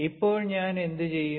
ഇപ്പോൾ ഞാൻ എന്തു ചെയ്യും